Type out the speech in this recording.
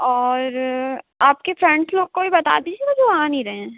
और आपके फ्रेंड्स लोग को भी बता दीजिएगा जो आ नहीं रहे हैं